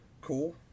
Cool